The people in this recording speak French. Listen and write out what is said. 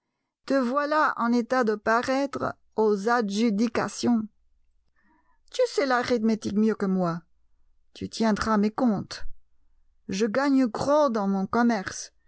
te voilà en état de paraître aux adjudications tu sais l'arithmétique mieux que moi tu tiendras mes comptes je gagne gros dans mon commerce